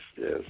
yes